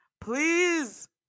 please